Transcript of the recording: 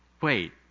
Wait